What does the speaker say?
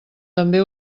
també